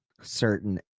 certain